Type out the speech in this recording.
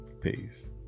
Peace